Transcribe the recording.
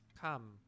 Come